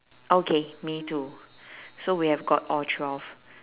okay me too so we have got all twelve